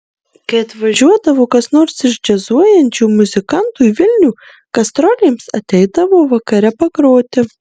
kai atvažiuodavo kas nors iš džiazuojančių muzikantų į vilnių gastrolėms ateidavo vakare pagroti